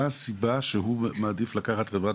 מה הסיבה שקרוביו יעדיפו לקחת חברת